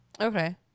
Okay